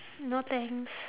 no thanks